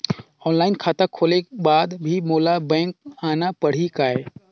Online खाता खोले के बाद भी मोला बैंक आना पड़ही काय?